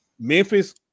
Memphis